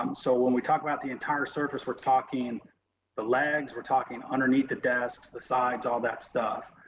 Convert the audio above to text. um so when we talk about the entire surface, we're talking the legs, we're talking underneath the desks, the sides, all that stuff.